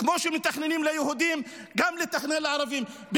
כמו שמתכננים ליהודים, לתכנן גם לערבים.